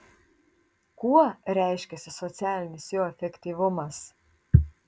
kuo reiškiasi socialinis jo efektyvumas